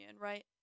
right